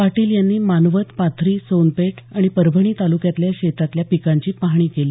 पाटील यांनी मानवत पाथरी सोनपेठ परभणी तालुक्यातल्या शेतातील पिकांची पाहणी केली